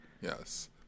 Yes